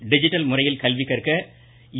digital முறையில் கல்வி கற்க இ